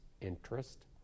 interest